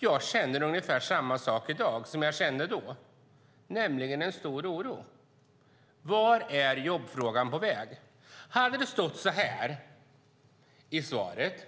Jag känner ungefär likadant i dag som jag gjorde då, nämligen en stor oro. Vart är jobbfrågan på väg? Om det i svaret hade stått